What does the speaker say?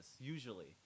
usually